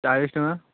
ଚାଳିଶ ଟଙ୍କା